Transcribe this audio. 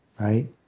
right